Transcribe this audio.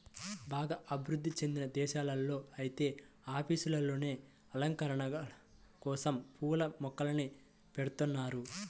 బాగా అభివృధ్ధి చెందిన దేశాల్లో ఐతే ఆఫీసుల్లోనే అలంకరణల కోసరం పూల మొక్కల్ని బెడతన్నారు